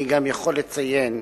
אני גם יכול לציין,